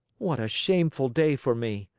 what a shameful day for me!